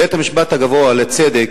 בית-המשפט הגבוה לצדק